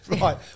Right